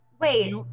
Wait